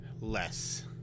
Less